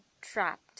trapped